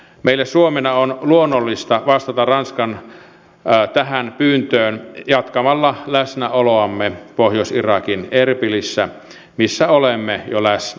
meille suomena on luonnollista vastata ranskan tähän pyyntöön jatkamalla läsnäoloamme pohjois irakin erbilissä missä olemme jo läsnä